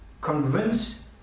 convince